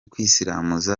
kwisiramuza